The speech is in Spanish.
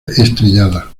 estrellada